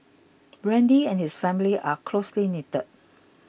Randy and his family are closely knitted